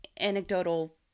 anecdotal